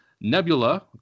Nebula